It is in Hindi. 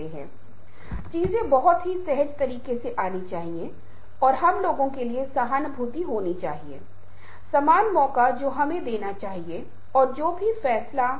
और यह एक ऐसी चीज है जिसे हम सभी देखते हैं और जिसे हम सभी को प्रबंधित करना बहुत मुश्किल है लेकिन जो लोग वास्तव में कार्य संतुलन को खोजने का प्रबंधन करते हैं वे खुश लोग हैं